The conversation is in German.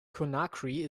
conakry